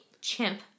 chimp